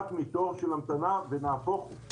שנובעת מתור של המתנה, ונהפוך הוא.